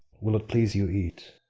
will't please you eat?